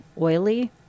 oily